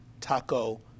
Taco